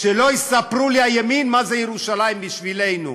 שלא יספרו לי הימין מה זה ירושלים בשבילנו,